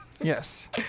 Yes